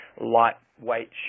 lightweight